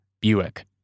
Buick